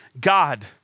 God